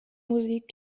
musik